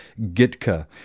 Gitka